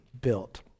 built